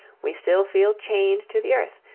we still feel chained to the earth,